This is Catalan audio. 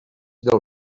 del